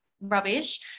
rubbish